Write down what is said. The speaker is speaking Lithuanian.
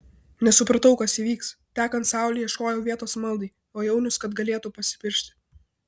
nesupratau kas įvyks tekant saulei ieškojau vietos maldai o jaunius kad galėtų pasipiršti